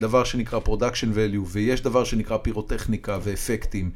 דבר שנקרא production value ויש דבר שנקרא פירוטכניקה ואפקטים